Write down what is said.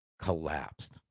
collapsed